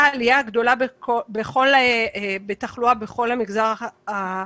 עלייה גדולה בתחלואה בכל המגזר הערבי.